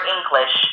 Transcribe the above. English